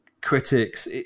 critics